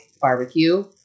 barbecue